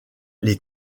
les